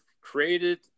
created